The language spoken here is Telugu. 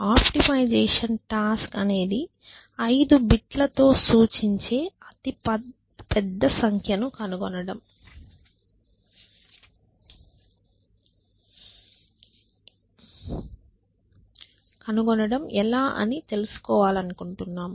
ఆప్టిమైజేషన్ టాస్క్ అనేది 5 బిట్లతో సూచించే అతిపెద్ద సంఖ్యను కనుగొనడం ఎలా అని తెలుసుకోవాలనుకుంటున్నాము